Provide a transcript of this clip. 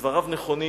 שדבריו נכונים